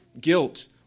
guilt